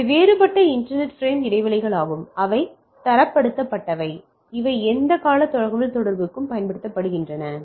எனவே இவை வேறுபட்ட இன்டெர் பிரேம் இடைவெளிகளாகும் அவை தரப்படுத்தப்பட்டவை அவை இந்த தகவல்தொடர்புக்குப் பயன்படுத்தப்படுகின்றன